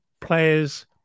players